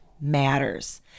matters